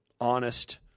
honest